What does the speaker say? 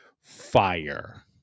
fire